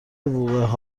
وقوع